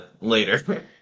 later